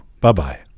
bye-bye